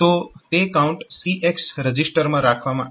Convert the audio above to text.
તો તે count CX રજીસ્ટરમાં રાખવામાં આવે છે